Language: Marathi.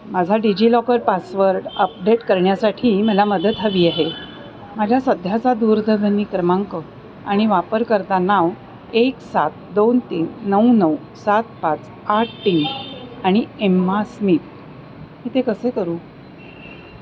माझा डिजिलॉकर पासवर्ड अपडेट करण्यासाठी मला मदत हवी आहे माझ्या सध्याचा दूरध्वनी क्रमांक आणि वापरकर्ता नाव एक सात दोन तीन नऊ नऊ सात पाच आठ तीन आणि एम्मा स्मित मी ते कसे करू